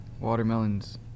Watermelons